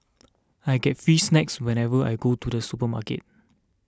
I get free snacks whenever I go to the supermarket